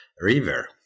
River